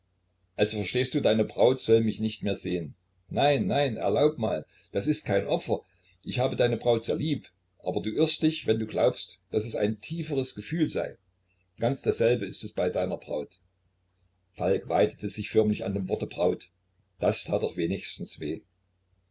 also verstehst du deine braut soll mich nicht mehr sehen nein nein erlaub mal das ist kein opfer ich habe deine braut sehr lieb aber du irrst dich wenn du glaubst daß es ein tieferes gefühl sei ganz dasselbe ist es bei deiner braut falk weidete sich förmlich an dem worte braut das tat doch wenigstens weh